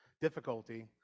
difficulty